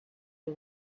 you